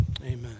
amen